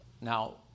Now